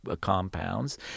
compounds